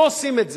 לא עושים את זה.